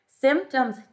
Symptoms